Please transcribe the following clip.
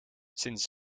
sinds